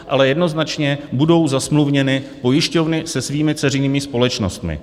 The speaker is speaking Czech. Ale jednoznačně budou zasmluvněny pojišťovny se svými dceřinými společnostmi.